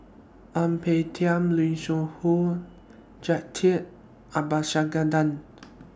Ang Peng Tiam Lim Siong Who Jacintha Abisheganaden